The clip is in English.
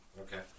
Okay